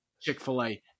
Chick-fil-A